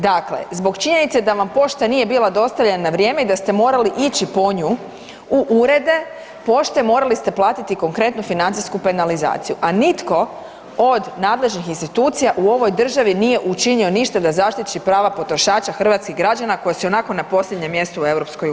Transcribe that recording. Dakle, zbog činjenice da vam pošta nije bila dostavljena na vrijeme i da ste morali ići po nju u urede pošte morali ste platiti konkretno financijsku penalizaciju, a nitko od nadležnih institucija u ovoj državni nije učinio ništa da zaštiti prava potrošača hrvatskih građana koja su ionako na posljednjem mjestu u EU.